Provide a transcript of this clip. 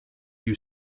you